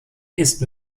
ist